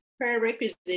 prerequisite